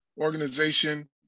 organization